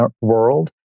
world